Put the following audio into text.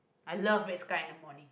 I love red sky in the morning